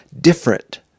different